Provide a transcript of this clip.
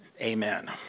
Amen